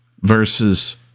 versus